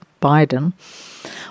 Biden